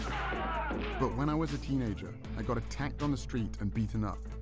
but when i was a teenager, i got attacked on the street and beaten up,